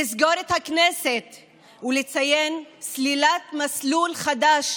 לסגור את הכנסת ולציין סלילת מסלול חדש,